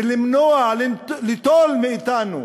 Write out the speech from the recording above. ולמנוע, ליטול מאתנו